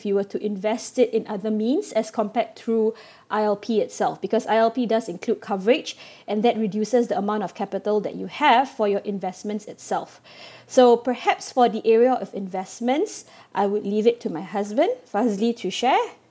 you were to invest it in other means as compared through I_L_P itself because I_L_P does include coverage and that reduces the amount of capital that you have for your investments itself so perhaps for the area of investments I would leave it to my husband Fazli to share